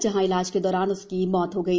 जहां इलाज के दौरान उसकी मृत्य् हो गई